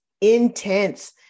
intense